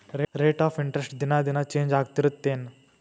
rate of interest ದಿನಾ ದಿನಾ change ಆಗ್ತಿರತ್ತೆನ್